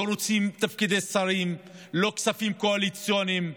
לא רוצים תפקידי שרים, לא כספים קואליציוניים,